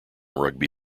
rugby